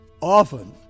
often